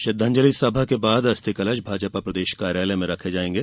श्रद्वांजलि सभा के बाद कलश भाजपा प्रदेश कार्यालय में रखे जाएंगे